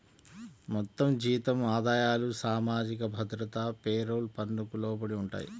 మొత్తం జీతం ఆదాయాలు సామాజిక భద్రత పేరోల్ పన్నుకు లోబడి ఉంటాయి